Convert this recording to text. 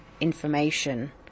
information